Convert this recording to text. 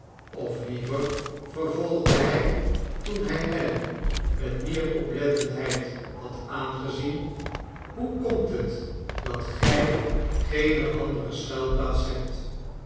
of liever vervolgde hij toen hij nelly met meer oplettendheid had aangezien hoe komt het dat gij geene andere schuilplaats hebt